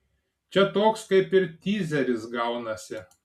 čia toks kaip ir tyzeris gaunasi